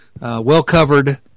well-covered